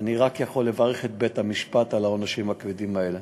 אני רק יכול לברך את בית-המשפט על העונשים הכבדים האלה.